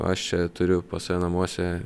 aš čia turiu pas save namuose